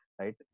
right